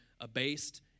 abased